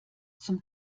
zum